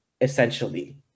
essentially